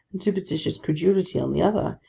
and superstitious credulity on the other,